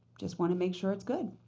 just want to make sure it's good.